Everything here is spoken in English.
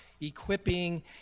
equipping